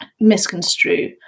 misconstrue